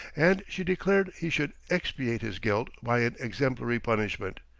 and she declared he should expiate his guilt by an exemplary punishment.